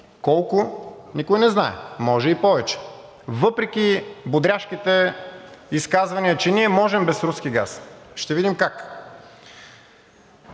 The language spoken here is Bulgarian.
Колко? Никой не знае, може и повече. Въпреки бодряшките изказвания, че ние можем без руски газ, ще видим как?!